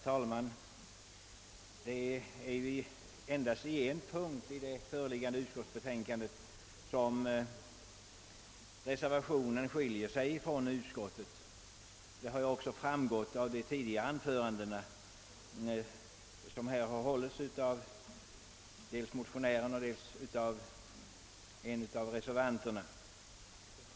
Herr talman! Det är endast på en punkt som reservationen skiljer sig från utskottsmajoritetens betänkande, vilket också har framgått av de anföranden som tidigare hållits av dels motionären, dels en av reservanterna.